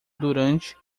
durante